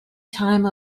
time